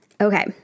Okay